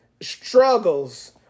struggles